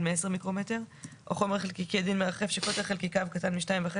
מ-10 מיקרומטר או חומר חלקיקי עדין מרחף שקוטר חלקיקיו קטן מ-2.5